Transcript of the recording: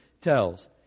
tells